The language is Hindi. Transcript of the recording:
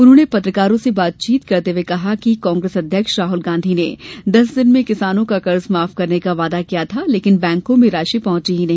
उन्होंने पत्रकारों से बातचीत करते हुए कहा कि कांग्रेस अध्यक्ष राहल गांधी ने दस दिन में किसानों का कर्जा माफ करने का वादा किया था लेकिन बैंकों में राशि पहॅची ही नहीं